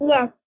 Yes